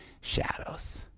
shadows